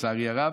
לצערי הרב,